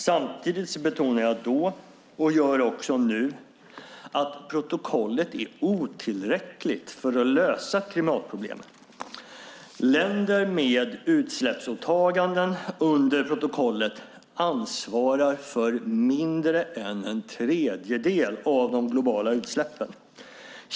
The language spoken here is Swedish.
Samtidigt betonade jag då och gör också nu att protokollet är otillräckligt för att lösa klimatproblematiken. Länder med utsläppsåtaganden under protokollet ansvarar för mindre än en tredjedel av de globala utsläppen.